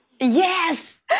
Yes